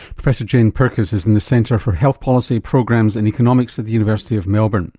professor jane pirkis is in the centre for health policy, programs and economics at the university of melbourne